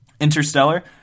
interstellar